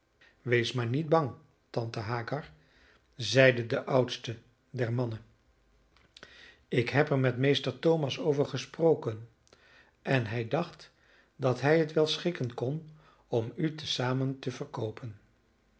wees maar niet bang tante hagar zeide de oudste der mannen ik heb er met meester thomas over gesproken en hij dacht dat hij het wel schikken kon om u te zamen te verkoopen